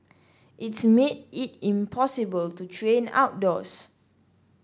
it's made it impossible to train outdoors